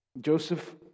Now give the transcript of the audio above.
Joseph